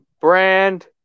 brand